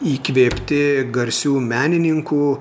įkvėpti garsių menininkų